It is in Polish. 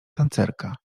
tancerka